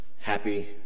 Happy